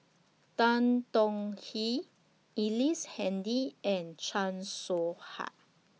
Tan Tong Hye Ellice Handy and Chan Soh Ha